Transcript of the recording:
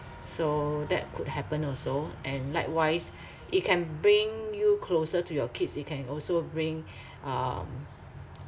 so that could happen also and likewise it can bring you closer to your kids it can also bring um